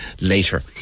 later